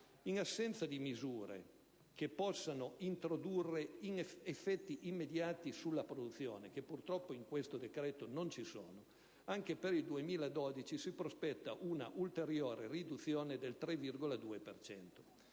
In assenza di misure che possano introdurre effetti immediati sulla produzione (che purtroppo in questo decreto non ci sono), anche per il 2012 si prospetta una ulteriore riduzione del 3,2